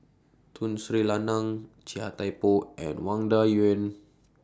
Tun Sri Lanang Chia Thye Poh and Wang Dayuan